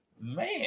Man